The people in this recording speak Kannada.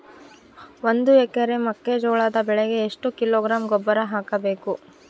ಒಂದು ಎಕರೆ ಮೆಕ್ಕೆಜೋಳದ ಬೆಳೆಗೆ ಎಷ್ಟು ಕಿಲೋಗ್ರಾಂ ಗೊಬ್ಬರ ಹಾಕಬೇಕು?